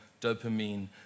dopamine